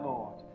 Lord